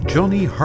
Johnny